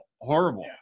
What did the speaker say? horrible